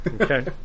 Okay